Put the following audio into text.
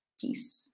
Peace